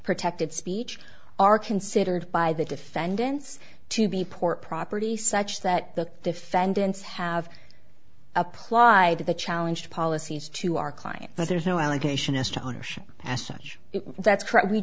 protected speech are considered by the defendants to be port property such that the defendants have applied the challenge policies to our client but there is no allegation as to ownership as such that